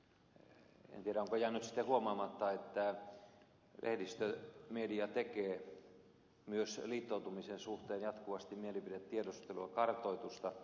en tiedä onko jäänyt sitten huomaamatta että lehdistö media tekee myös liittoutumisen suhteen jatkuvasti mielipidetiedustelua kartoitusta